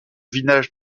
village